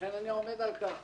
לכן אני עומד על כך